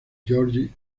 george